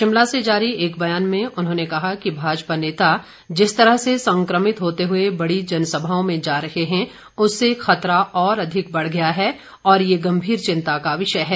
शिमला से जारी एक बयान में उन्होंने कहा कि भाजपा नेता जिस तरह से संक्रमित होते हुए बड़ी जनसभाओं में जा रहे हैं उससे खतरा और अधिक बढ़ गया है और ये गंभीर चिंता का विषय है